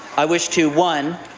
i wish to, one,